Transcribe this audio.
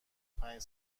پنج